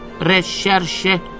Recherche